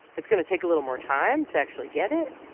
it's going to take a little more time to actually get it.